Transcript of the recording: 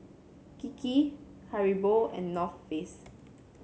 Kiki Haribo and North Face